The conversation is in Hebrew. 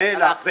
מל"ח,